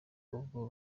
ubwo